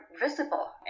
visible